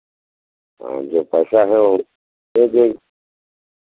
हाँ जो पैसा है और दे देंगे